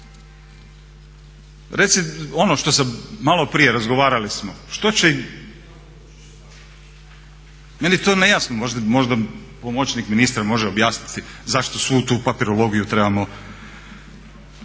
glavi. Ono što sam, malo prije razgovarali smo, što će im, meni je to nejasno, možda pomoćnik ministra može objasniti zašto svu tu papirologiju trebamo